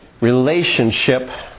relationship